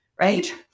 right